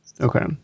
Okay